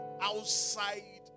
outside